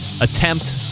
attempt